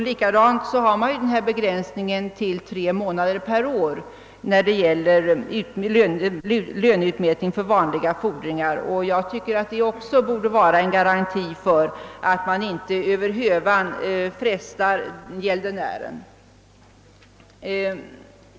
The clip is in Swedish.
Likaså har man begränsningen till tre månader per år när det gäller löneutmätning för vanliga fordringar. Jag tycker att det också borde vara en garanti för att man inte över hövan pressar gäldenären.